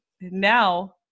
Now